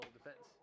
defense